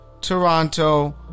Toronto